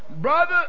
Brother